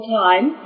time